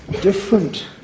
different